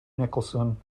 nicholson